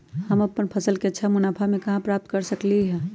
हम अपन फसल से अच्छा मुनाफा कहाँ से प्राप्त कर सकलियै ह?